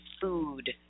food